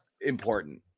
important